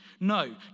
No